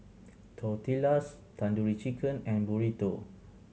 Tortillas Tandoori Chicken and Burrito